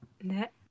Net